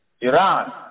Iran